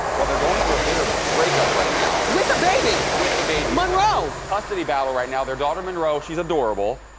well they're going through a bitter breakup right now. with a baby. with a baby. monroe. custody battle right now, their daughter monroe, she's adorable,